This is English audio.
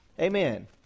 Amen